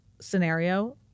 scenario